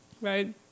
right